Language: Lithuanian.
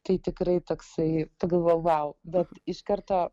tai tikrai toksai pagalvojau vau bet iš karto